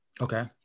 Okay